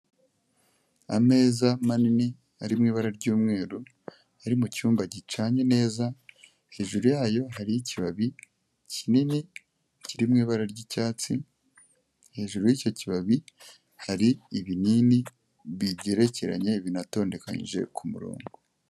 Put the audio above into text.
Ameza manini ari mu ibara ry'umweru ari mu cyumba gicanye neza, hejuru yayo hariho ikibabi kinini kirimo ibara ry'icyatsi, hejuru y'icyo kibabi hari ibinini bigerekeranye binatondekanyije ku murongo.